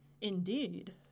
Indeed